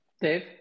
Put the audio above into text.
Dave